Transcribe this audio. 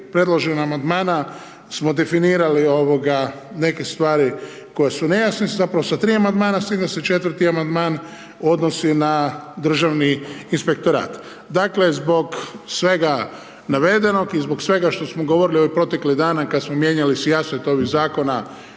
predložena amandmana smo definirali neke stvari koje su nejasne, zapravo sa 3 amandmana, s tim da se 4 amandman odnosi na državni inspektorat. Dakle, zbog svega navedenog i zbog svega što smo govorili u ovih proteklih dana, kada smo mijenjali …/Govornik